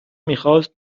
میخاست